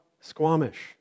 Squamish